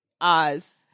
Oz